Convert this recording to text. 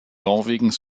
norwegens